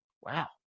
Wow